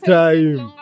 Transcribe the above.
time